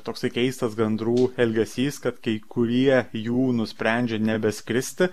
toksai keistas gandrų elgesys kad kai kurie jų nusprendžia nebeskristi